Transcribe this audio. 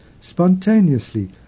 spontaneously